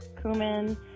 cumin